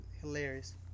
Hilarious